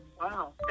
Wow